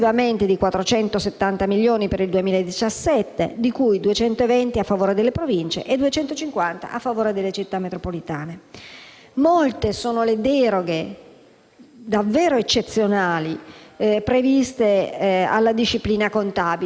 Molte sono le deroghe davvero eccezionali previste alla disciplina contabile proprio per cercare di agevolare le Province che si trovano in una fase per così dire ancora transitoria, tra un percorso che era stato avviato con il